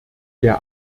der